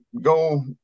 go